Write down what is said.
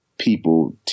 people